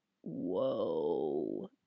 whoa